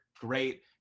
great